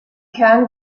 kern